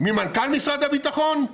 ממנכ"ל משרד הביטחון?